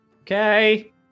Okay